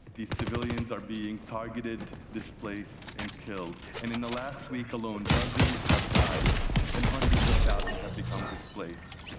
these civilians are being targeted, displaced and killed, and in the last week alone, dozens have died and hundreds of thousands have become displaced.